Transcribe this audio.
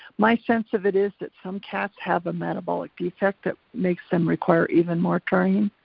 my sense of it is that some cats have a metabolic defect that makes them require even more taurine,